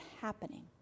happening